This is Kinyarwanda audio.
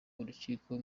urukiko